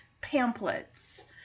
pamphlets